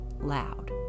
loud